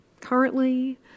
currently